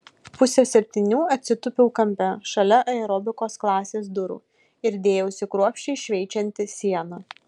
pusę septynių atsitūpiau kampe šalia aerobikos klasės durų ir dėjausi kruopščiai šveičianti sieną